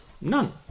None